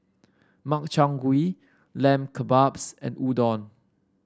Makchang Gui Lamb Kebabs and Udon